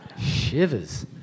shivers